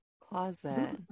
closet